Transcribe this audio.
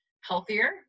healthier